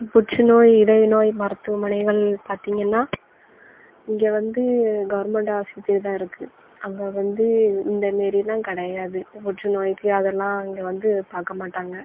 புற்று நோய் இதய நோய் மருத்துவமனைகள் பார்த்தீங்கன்னா இங்கே வந்து கவர்மெண்டு ஆஸ்பத்திரி தான் இருக்குது அங்கே வந்து இந்த மாரிலாம் கிடையாது இந்த புற்றுநோய்க்கு அதெல்லாம் இங்கே வந்து பார்க்கமாட்டாங்க